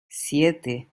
siete